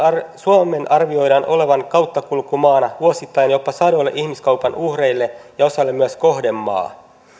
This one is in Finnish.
suomen arvioidaan olevan kauttakulkumaana vuosittain jopa sadoille ihmiskaupan uhreille ja osalle myös kohdemaa